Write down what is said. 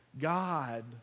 God